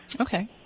Okay